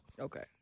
Okay